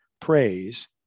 praise